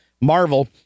Marvel